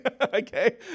Okay